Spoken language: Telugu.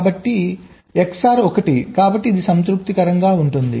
కాబట్టి XOR 1 కాబట్టి ఇది సంతృప్తికరంగా ఉంటుంది